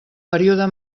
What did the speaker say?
període